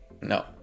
No